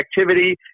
activity